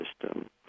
system